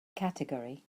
category